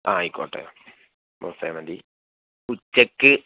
ആ ആയിക്കോട്ടെ ബൊഫെ മതി ഉച്ചയ്ക്ക്